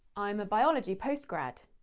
i'm a biology post-grad.